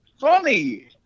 Funny